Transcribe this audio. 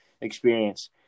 experience